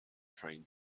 train